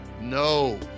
No